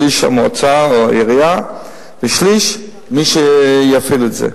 שליש המועצה או העירייה ושליש מי שיפעיל את זה.